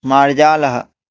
मार्जालः